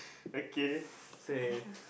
okay say